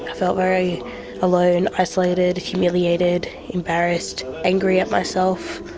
ah felt very alone, isolated, humiliated, embarrassed, angry at myself.